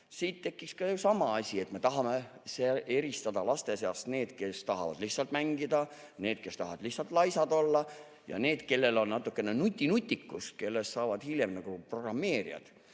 Siit tekkis ka sama asi, et me tahame eristada laste seast need, kes tahavad lihtsalt mängida, need, kes tahavad lihtsalt laisad olla, ja need, kellel on natukene nutinutikust, kellest saavad hiljem programmeerijad.